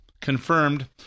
confirmed